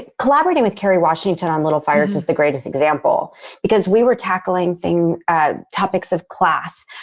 collaborating with kerry washington on little fires is the greatest example because we were tackling thing, ah topics of class,